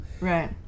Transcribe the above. Right